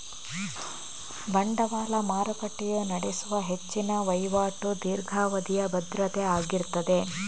ಬಂಡವಾಳ ಮಾರುಕಟ್ಟೆಯು ನಡೆಸುವ ಹೆಚ್ಚಿನ ವೈವಾಟು ದೀರ್ಘಾವಧಿಯ ಭದ್ರತೆ ಆಗಿರ್ತದೆ